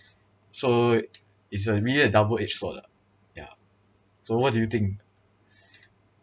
so it's a really a double edged sword lah yeah so what do you think